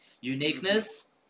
uniqueness